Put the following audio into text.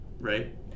right